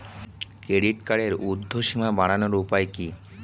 Credit কার্ডের উর্ধ্বসীমা বাড়ানোর উপায় কি?